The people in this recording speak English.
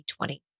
2020